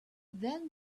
then